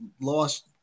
lost